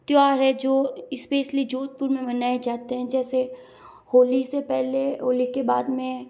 त्यौहार है जो स्पेशली जोधपुर में मनाए जाते हैं जैसे होली से पहले होली के बाद में